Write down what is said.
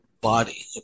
body